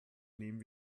nehmen